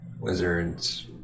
wizards